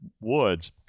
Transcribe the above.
woods